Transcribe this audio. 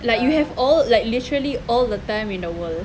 like you have all like literally all the time in the world